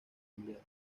cambiado